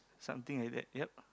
something like that ya